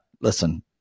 listen